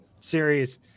series